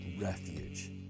refuge